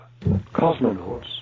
cosmonauts